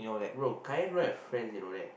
bro Kai-Yan don't have friends you know right